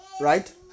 right